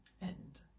end